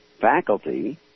faculty